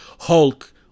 Hulk